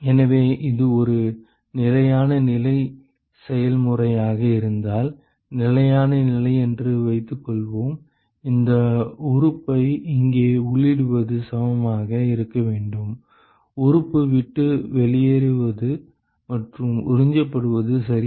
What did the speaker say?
எனவே இது ஒரு நிலையான நிலை செயல்முறையாக இருந்தால் நிலையான நிலை என்று வைத்துக் கொள்வோம் இந்த உறுப்பை இங்கே உள்ளிடுவது சமமாக இருக்க வேண்டும் உறுப்பு விட்டு வெளியேறுவது மற்றும் உறிஞ்சப்படுவது சரியா